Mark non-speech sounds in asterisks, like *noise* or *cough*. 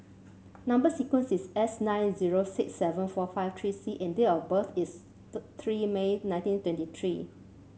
number sequence is S nine zero six seven four five three C and date of birth is *unintelligible* three May nineteen twenty three